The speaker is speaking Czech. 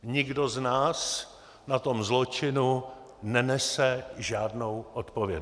Nikdo z nás na tom zločinu nenese žádnou odpovědnost.